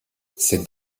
cette